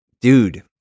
Dude